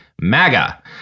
MAGA